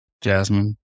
Jasmine